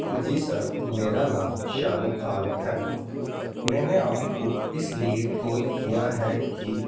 جی sir میرا نام شاہ رخ خان ہے میں نے آپ کو اس لیے کال کیا ہے کہ